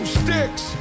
sticks